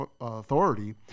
authority